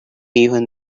even